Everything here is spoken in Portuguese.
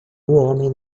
homem